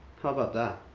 how about that?